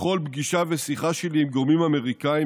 בכל פגישה ושיחה שלי עם גורמים אמריקאיים,